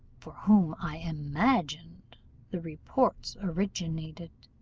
from whom i imagined the reports originated.